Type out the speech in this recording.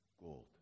gold